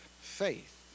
faith